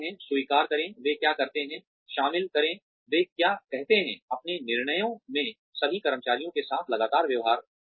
स्वीकार करें वे क्या कहते हैं शामिल करें वे क्या कहते हैं अपने निर्णयों में सभी कर्मचारियों के साथ लगातार व्यवहार करें